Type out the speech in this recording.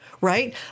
Right